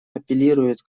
апеллируют